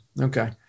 Okay